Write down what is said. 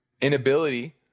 inability